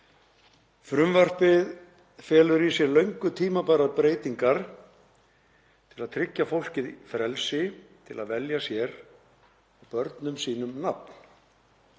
Frumvarpið felur í sér löngu tímabærar breytingar til að tryggja fólki frelsi til að velja sér og börnum sínum nafn.